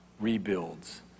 rebuilds